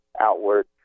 outward